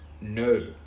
no